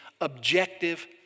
objective